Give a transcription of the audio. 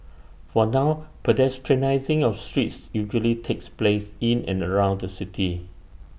for now pedestrianising of streets usually takes place in and around the city